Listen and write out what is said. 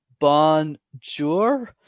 Bonjour